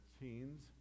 teens